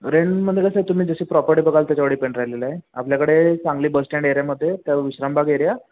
रेंटमध्ये कसं आहे तुम्ही जशी प्रॉपर्टी बघाल त्याच्यावर डिपेंड राहिलेलं आहे आपल्याकडे सांगली बस स्टँड एरियामध्ये त्या विश्रामबाग एरिया